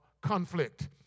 conflict